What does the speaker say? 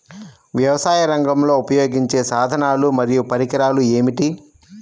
వ్యవసాయరంగంలో ఉపయోగించే సాధనాలు మరియు పరికరాలు ఏమిటీ?